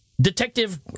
detective